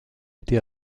été